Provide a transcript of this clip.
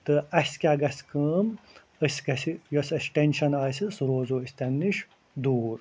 تہٕ اَسہِ کیٛاہ گژھِ کٲم أسۍ گژھِ یۄس اَسہِ ٹینشَن آسہِ سُہ روزو أسۍ تَمہِ نِش دوٗر